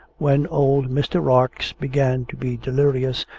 when old mr. rarx began to be delirious,